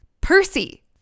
Percy